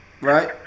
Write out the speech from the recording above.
right